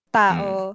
tao